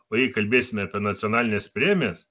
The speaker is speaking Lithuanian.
o jei kalbėsime apie nacionalines premijas